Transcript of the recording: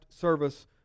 service